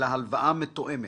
אלא הלוואה מותאמת)